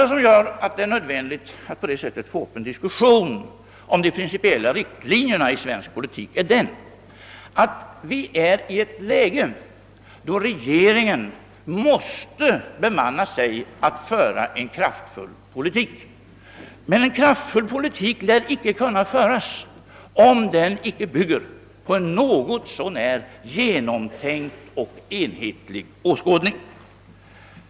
En omständighet som gör det nödvändigt att på detta sätt föra en diskussion om de principiella riktlinjerna i svensk politik är att vi befinner oss i ett läge där regeringen måste bemöda sig om att driva en kraftfull politik. Men en kraftfull politik lär inte kunna föras om den icke bygger på en något så när genomtänkt och enhetlig åskådning.